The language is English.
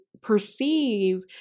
perceive